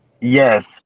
yes